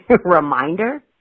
reminder